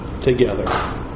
together